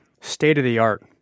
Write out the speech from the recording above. state-of-the-art